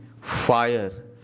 fire